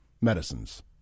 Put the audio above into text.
medicines